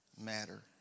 matter